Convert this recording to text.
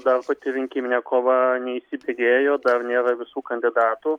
dar pati rinkiminė kova neįsibėgėjo dar nėra visų kandidatų